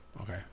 Okay